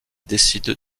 décide